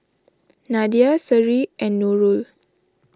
Nadia Seri and Nurul